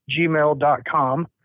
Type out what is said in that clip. gmail.com